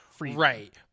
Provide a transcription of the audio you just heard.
Right